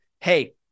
Hey